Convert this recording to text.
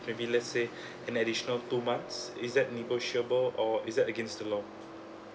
maybe let's say an additional two months is that negotiable or is that against the law